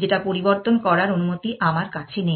যেটা পরিবর্তন করার অনুমতি আমার কাছে নেই